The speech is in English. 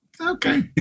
okay